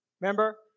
Remember